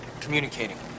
communicating